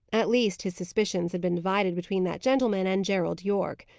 at least, his suspicions had been divided between that gentleman and gerald yorke.